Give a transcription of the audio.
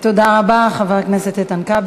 תודה רבה, חבר הכנסת איתן כבל.